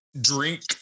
drink